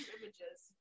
images